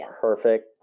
perfect